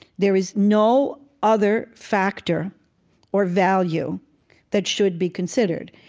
there is no other factor or value that should be considered.